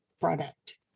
product